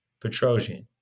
Petrosian